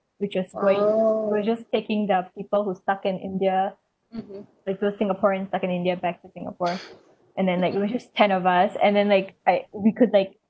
which was quick we're just taking the people who's stuck in india like those singaporeans stuck in india back to singapore and then like there were just ten of us and then like I we could like